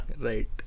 Right